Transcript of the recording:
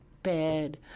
bed